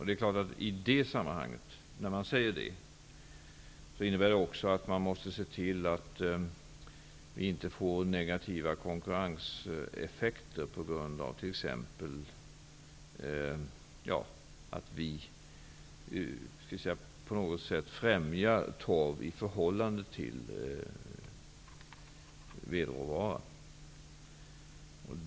Det innebär att man måste tillse att negativa konkurrenseffekter till följd av att torv skulle främjas framför vedråvara skall undvikas.